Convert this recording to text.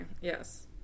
Yes